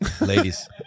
Ladies